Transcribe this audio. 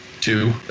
two